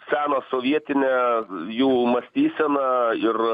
seną sovietinę jų mąstyseną ir